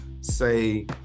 say